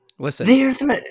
Listen